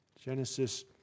Genesis